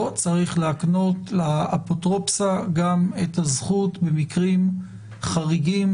צריך להקנות לאפוטרופסה גם את הזכות במקרים חריגים,